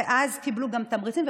ואז קיבלו גם תמריצים,